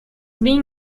been